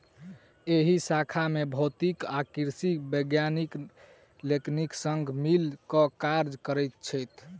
एहि शाखा मे भौतिकी आ कृषिक वैज्ञानिक लोकनि संग मिल क काज करैत छथि